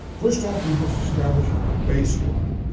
first off, we must establish a baseline.